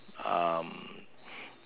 um